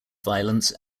violence